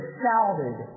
shouted